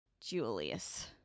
Julius